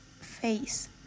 face